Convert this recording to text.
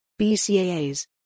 BCAAs